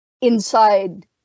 Inside